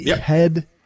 head